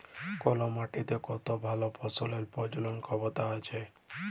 call মাটিতে কত ভাল ফসলের প্রজলল ক্ষমতা আছে